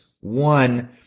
One